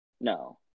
No